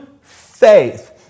faith